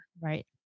Right